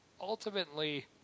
ultimately